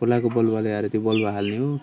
खोलाको बलुवा ल्याएर त्यो बलुवा हाल्ने हो